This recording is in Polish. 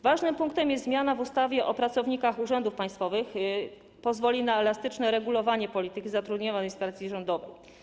Ważnym punktem jest zmiana w ustawie o pracownikach urzędów państwowych, która pozwoli na elastyczne regulowanie polityki zatrudnienia w administracji rządowej.